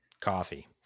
Coffee